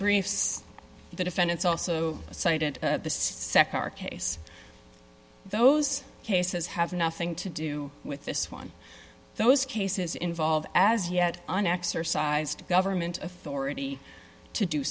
briefs the defendants also cited the nd case those cases have nothing to do with this one those cases involve as yet an exercise to government authority to do